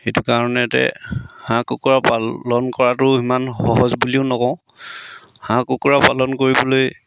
সেইটো কাৰণেতে হাঁহ কুকুৰা পালন কৰাটো সিমান সহজ বুলিও নকওঁ হাঁহ কুকুৰা পালন কৰিবলৈ